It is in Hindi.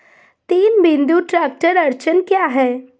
तीन बिंदु ट्रैक्टर अड़चन क्या है?